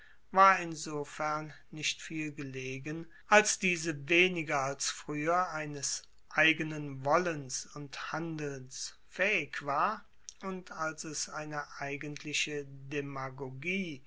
war insofern nicht viel gelegen als diese weniger als frueher eines eigenen wollens und handelns faehig war und als es eine eigentliche demagogie